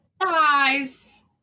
Guys